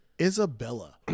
Isabella